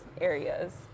areas